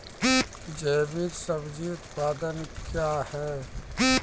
जैविक सब्जी उत्पादन क्या हैं?